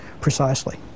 precisely